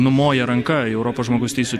numoja ranka į europos žmogaus teisių